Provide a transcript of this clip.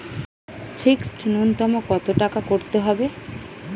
Fixed নুন্যতম কত টাকা করতে হবে?